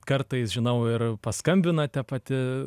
kartais žinau ir paskambinate pati